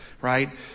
right